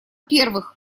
первых